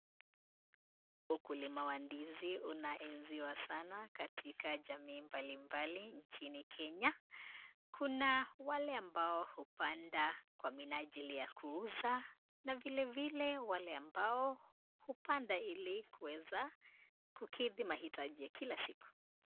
Ukulima wa ndizi unaenziwa sana katika jamii mbalimbali nchini Kenya. Kuna wale ambao hupanda kwa minajili ya kuuza na vilevile wale ambao hupanda ili kuweza kukithi mahitaji ya kila siku.